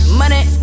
money